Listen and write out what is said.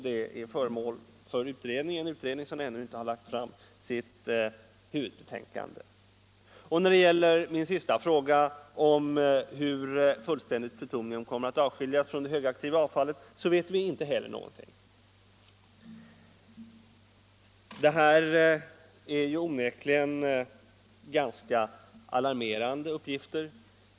Det är föremål för utredning — av en utredning som ännu inte har lagt fram sitt huvudbetänkande. När det gäller min sista fråga, hur fullständigt plutonium kommer att avskiljas från det högaktiva avfallet, vet vi inte heller någonting. Det här är onekligen ganska alarmerande uppgilter.